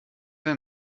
der